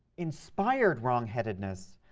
inspired wrong-headedness,